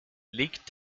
legt